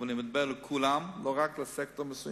אבל אני מדבר על כולם, לא רק על סקטור מסוים.